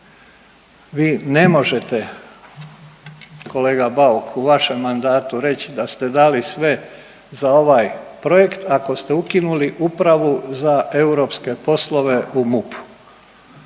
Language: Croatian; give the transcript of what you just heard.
Vi ne možete kolega Bauk u vašem mandatu reći da ste dali sve za ovaj projekt ako ste ukinuli upravu za europske poslove u MUP-u.